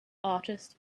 artist